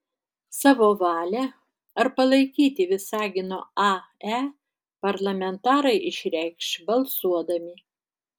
savo valią ar palaikyti visagino ae parlamentarai išreikš balsuodami